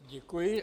Děkuji.